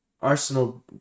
Arsenal